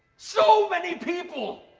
so many people!